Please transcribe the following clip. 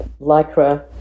Lycra